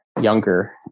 younger